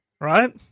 right